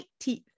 Teeth